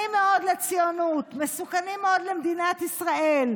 מסוכנים מאוד לציונות, מסוכנים מאוד למדינת ישראל.